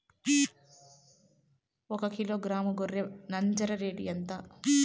ఒకకిలో గ్రాము గొర్రె నంజర రేటు ఎంత?